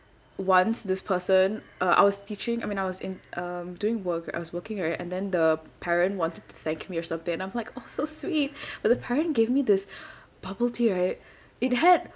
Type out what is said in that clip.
once this person uh I was teaching I mean I was in um during work I was working right and then the parent wanted to thank me or something then I'm like oh so sweet but the parent gave me this bubble tea right it had